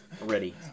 Ready